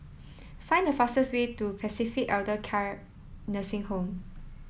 find the fastest way to Pacific Elder Care Nursing Home